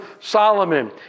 Solomon